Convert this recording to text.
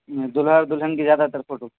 دولہا اور دلہن کی زیادہ تر فوٹو